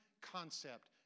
concept